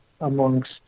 amongst